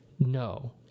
No